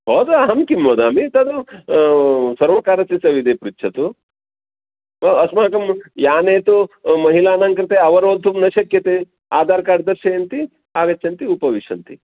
भवतु अहं किं वदामि तद् सर्वकारस्य सविधे पृच्छतु अस्माकं याने तु महिलानां कृते अवरोद्धुं न शक्यते आधार्कार्ड् दर्शयन्ति आगच्छन्ति उपविशन्ति